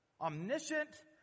omniscient